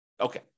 Okay